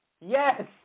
Yes